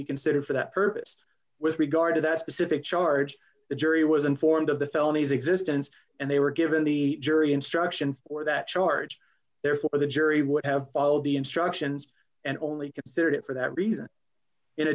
be considered for that purpose with regard to that specific charge the jury was informed of the felonies existence and they were given the jury instruction for that charge therefore the jury would have followed the instructions and only considered it for that reason in